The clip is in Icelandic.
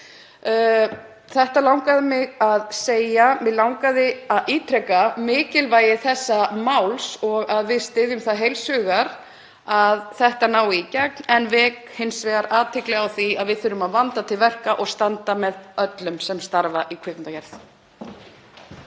Þetta langaði mig að segja. Mig langaði að ítreka mikilvægi þessa máls og að við styðjum það heils hugar að það nái í gegn. Ég vek hins vegar athygli á því að við þurfum að vanda til verka og standa með öllum sem starfa í kvikmyndagerð.